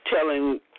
Telling